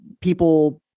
people